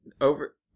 over